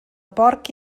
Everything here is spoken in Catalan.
porc